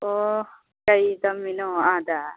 ꯑꯣ ꯀꯔꯤ ꯇꯝꯃꯤꯅꯣ ꯑꯥꯗ